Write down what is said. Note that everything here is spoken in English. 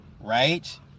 right